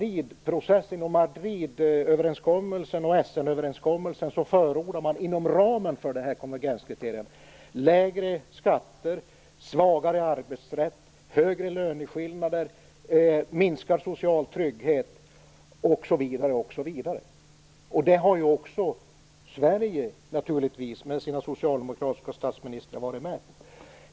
I Madridöverenskommelsen och Essenöverenskommelsen förordar man inom ramen för konvergenskriterierna lägre skatter, svagare arbetsrätt, större löneskillnader, minskad social trygghet osv. Där har också Sverige med sina socialdemokratiska statsministrar naturligtvis varit med.